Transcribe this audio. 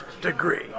degree